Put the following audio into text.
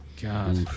God